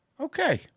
Okay